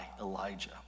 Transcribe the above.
Elijah